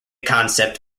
concept